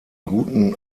guten